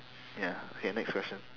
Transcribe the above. ya okay next question